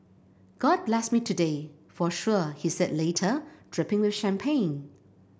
god blessed me today for sure he said later dripping with champagne